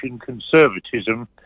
conservatism